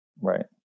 Right